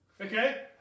Okay